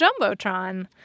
Jumbotron